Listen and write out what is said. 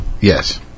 Yes